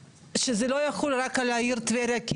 שזה לא יחול רק על העיר טבריה,